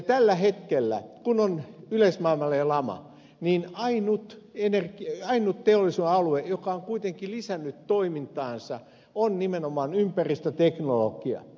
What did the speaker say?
tällä hetkellä kun on yleismaailmallinen lama ainut teollisuudenalue joka on kuitenkin lisännyt toimintaansa on nimenomaan ympäristöteknologia